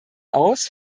aus